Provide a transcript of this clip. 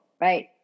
right